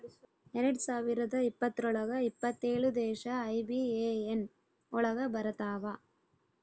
ಎರಡ್ ಸಾವಿರದ ಇಪ್ಪತ್ರೊಳಗ ಎಪ್ಪತ್ತೇಳು ದೇಶ ಐ.ಬಿ.ಎ.ಎನ್ ಒಳಗ ಬರತಾವ